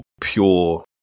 pure